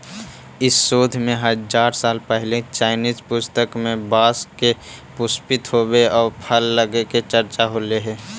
इस शोध में हजार साल पहिले चाइनीज पुस्तक में बाँस के पुष्पित होवे आउ फल लगे के चर्चा होले हइ